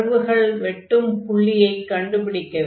கர்வுகள் வெட்டும் புள்ளியைக் கண்டுபிடிக்க வேண்டும்